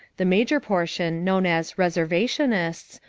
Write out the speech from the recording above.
the major portion, known as reservationists,